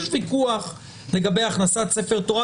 יש ויכוח לגבי הכנסת ספר תורה,